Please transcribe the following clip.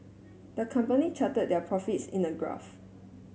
the company charted their profits in a graph